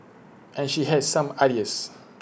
and she has some ideas